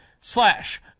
slash